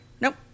Nope